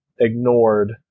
ignored